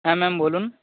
হ্যাঁ ম্যাম বলুন